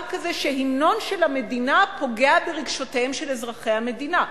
כזה שהמנון של המדינה פוגע ברגשותיהם של אזרחי המדינה.